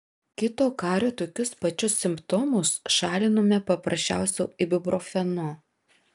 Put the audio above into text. kito kario tokius pačius simptomus šalinome paprasčiausiu ibuprofenu